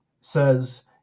says